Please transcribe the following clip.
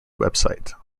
website